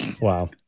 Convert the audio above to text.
Wow